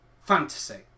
fantasy